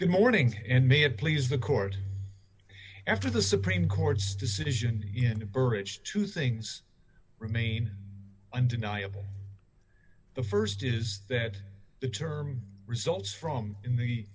good morning and may have please the court after the supreme court's decision burrage two things remain undeniable the st is that the term results from in the